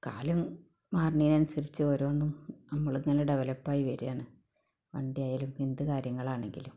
കാലം മാറുന്നതനുസരിച്ച് ഓരോന്നും നമ്മളിങ്ങനെ ഡവലപ്പായി വരികയാണ് വണ്ടിയായാലും എന്ത് കാര്യങ്ങളാണെങ്കിലും